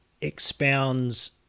expounds